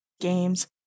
games